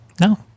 No